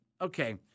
Okay